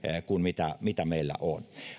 ne mitä meillä on